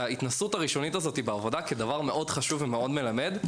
ההתנסות הראשונית הזאת בעבודה כדבר חשוב מאוד ומלמד.